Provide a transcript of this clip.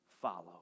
follow